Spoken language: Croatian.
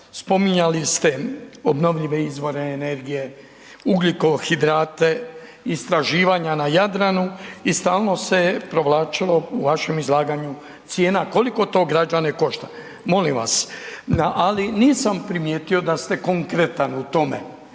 Spominjali ste obnovljive izbore energije, ugljikohidrate, istraživanja na Jadranu i stalno se provlačilo u vašem izlaganju cijena koliko to građane košta. Molim vas, na ali nisam primijetio da ste konkretan u tome.